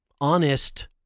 honest